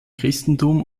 christentum